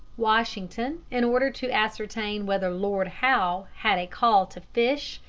washington, in order to ascertain whether lord howe had a call to fish,